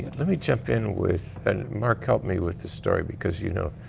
let me jump in with, and mark help me with the story because you know.